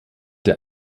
der